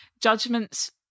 judgments